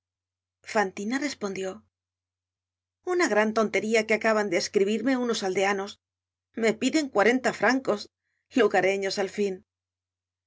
fantina respondió una gran tontería que acaban de escribirme unos aldeanos me piden cuarenta francos lugareños al fin